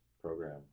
program